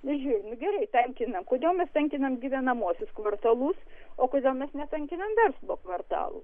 ir žiūriu nu gerai tankina kodėl mes tankiname gyvenamuosius kvartalus o kodėl mes netankinam verslo kvartalų